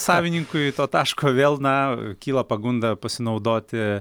savininkui to taško vėl na kyla pagunda pasinaudoti